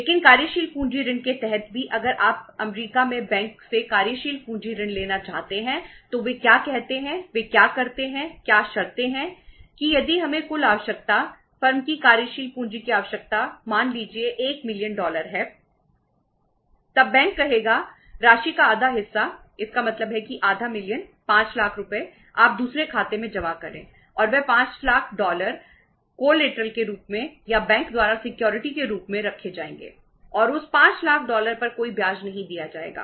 लेकिन कार्यशील पूंजी ऋण के तहत भी अगर आप अमेरिका में बैंक से कार्यशील पूंजी ऋण लेना चाहते हैं तो वे क्या कहते हैं वे क्या करते हैं क्या शर्तें हैं कि यदि हमें कुल आवश्यकता फर्म की कार्यशील पूंजी की आवश्यकता मान लीजिए 1 मिलियन डॉलर के रूप में रखे जाएंगे और उस 5 लाख डॉलर पर कोई ब्याज नहीं दिया जाएगा